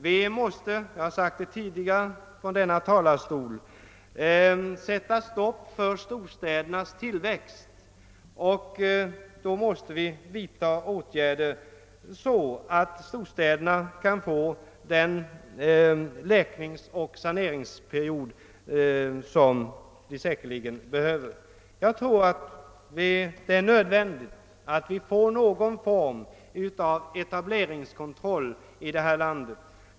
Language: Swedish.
Vi måste — jag har sagt det tidigare från denna talarstol — sätta stopp för storstädernas tillväxt. Då måste vi vidta åtgärder så att storstäderna kan få den läkningsoch saneringsperiod som de säkerligen behöver. Jag tror att det är nödvändigt att vi får någon form av etableringskontroll i detta land.